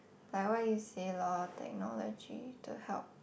like what you said loh technology to help